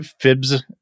FIBS